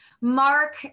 Mark